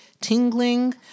tingling